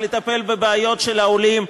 לטפל בבעיות של העולים,